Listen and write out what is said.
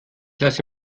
lasse